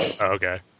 Okay